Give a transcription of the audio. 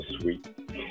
sweet